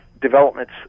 developments